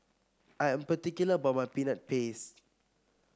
I am particular about my Peanut Paste